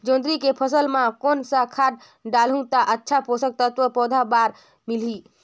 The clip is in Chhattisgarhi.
जोंदरी के फसल मां कोन सा खाद डालहु ता अच्छा पोषक तत्व पौध बार मिलही?